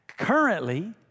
Currently